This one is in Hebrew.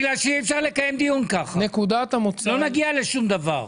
בגלל שאי-אפשר לקיים דיון ככה, לא נגיע לשום דבר.